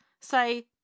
say